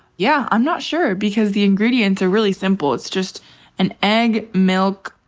yeah i'm not sure because the ingredients are really simple. it's just an egg, milk,